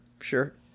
sure